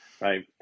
right